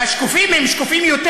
והשקופים הם שקופים יותר,